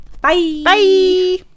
Bye